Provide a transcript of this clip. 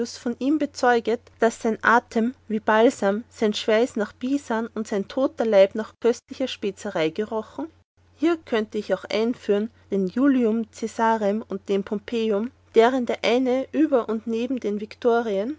von ihm bezeuget daß sein atem wie balsam der schweiß nach bisem und sein toter leib nach köstlicher spezerei gerochen hier könnte ich auch einführen den julium cäsarem und den pompejum deren der eine über und neben den viktorien